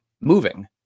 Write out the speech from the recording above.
moving